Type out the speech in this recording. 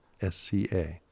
SCA